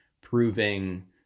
proving